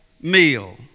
meal